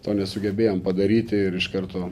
to nesugebėjom padaryti ir iš karto